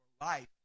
life